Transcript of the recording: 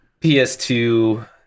ps2